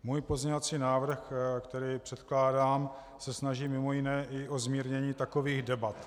Můj pozměňovací návrh, který předkládám, se snaží mimo jiné i o zmírnění takových debat.